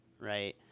right